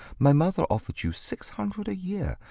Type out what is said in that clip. my mother offered you six hundred a year.